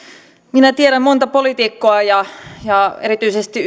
minä tiedän monta poliitikkoa ja ja erityisesti